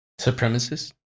Supremacist